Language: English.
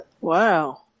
Wow